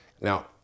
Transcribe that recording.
Now